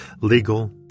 legal